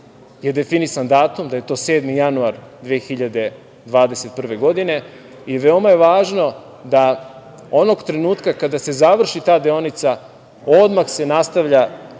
je definisan datum, da je to 7. januar 2021. godine i veoma je važno da onog trenutka kada se završi ta deonica, odmah se nastavlja